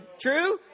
True